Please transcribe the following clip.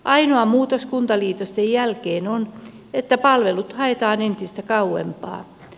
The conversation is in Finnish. ainoa muutos kuntaliitosten jälkeen on että palvelut haetaan entistä kauempaa